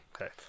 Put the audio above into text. Okay